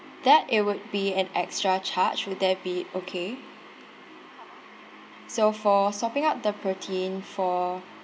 that it would be an extra charge will that be okay so for swapping out the protein for